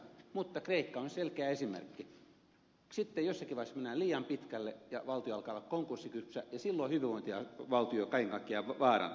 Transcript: mutta kreikka on selkeä esimerkki että kun jossakin vaiheessa mennään liian pitkälle ja valtio alkaa olla konkurssikypsä niin silloin hyvinvointivaltio kaiken kaikkiaan vaarantuu